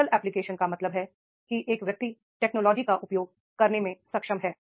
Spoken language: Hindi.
टेक्निकल एप्लीकेशन का मतलब है कि एक व्यक्ति टेक्नोलॉजी का उपयोग करने में सक्षम है